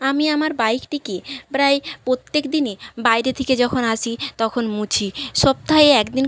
আমি আমার বাইকটিকে প্রায় প্রত্যেক দিনই বাইরে থেকে যখন আসি তখন মুছি সপ্তাহে এক দিন